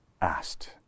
asked